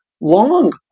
long